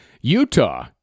Utah